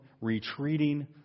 retreating